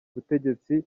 butegetsi